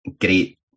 great